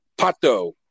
Pato